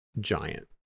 giant